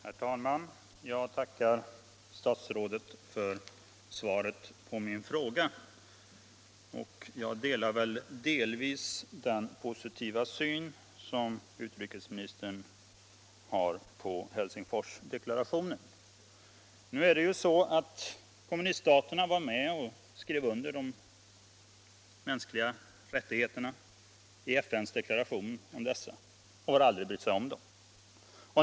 Herr talman! Jag tackar statsrådet för svaret på min fråga. Jag delar delvis den positiva syn som utrikesministern har på Helsingforsdeklarationen. Nu är det ju så att kommuniststaterna var med och skrev under FN:s deklaration om de mänskliga rättigheterna, men de har aldrig brytt sig om den.